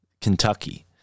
Kentucky